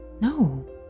No